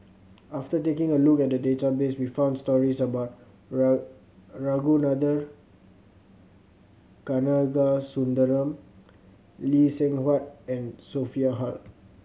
after taking a look at the database we found stories about Ragunathar Kanagasuntheram Lee Seng Huat and Sophia Hull